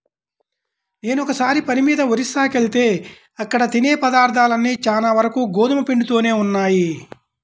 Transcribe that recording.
నేనొకసారి పని మీద ఒరిస్సాకెళ్తే అక్కడ తినే పదార్థాలన్నీ చానా వరకు గోధుమ పిండితోనే ఉన్నయ్